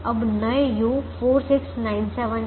अब नए u 4 6 9 और 7 हैं